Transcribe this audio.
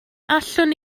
allwn